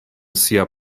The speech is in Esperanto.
sia